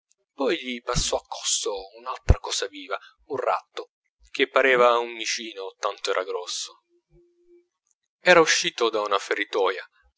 poi gli passò accosto un'altra cosa viva un ratto che pareva un micino tanto era grosso era uscito da una feritoia